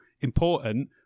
important